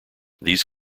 these